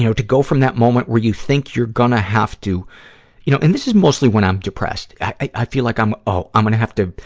to go from that moment where you think you're gonna have to you know, and this is mostly when i'm depressed, i feel like i'm ah i'm gonna have to,